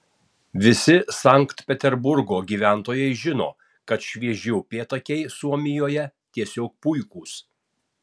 visi sankt peterburgo gyventojai žino kad švieži upėtakiai suomijoje tiesiog puikūs